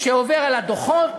שעובר על הדוחות,